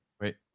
wait